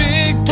Big